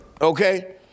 Okay